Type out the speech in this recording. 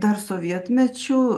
dar sovietmečiu